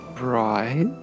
Right